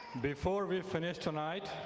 before we finish tonight,